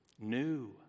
new